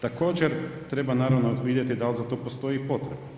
Također, treba naravno vidjeti da li za to postoji i potrebe.